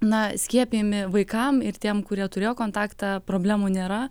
na skiepijami vaikam ir tiem kurie turėjo kontaktą problemų nėra